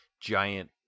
giant